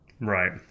right